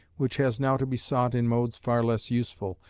which has now to be sought in modes far less useful,